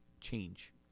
change